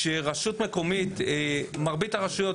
מרבית הרשויות,